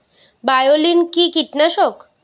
বায়োলিন কি কীটনাশক?